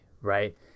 right